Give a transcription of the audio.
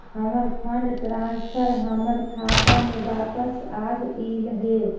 हमर fund transfer हमर खाता में वापस आगईल हे